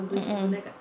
mm mm